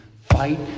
Fight